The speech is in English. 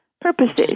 purposes